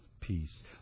Peace